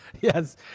Yes